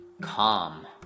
calm